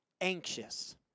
anxious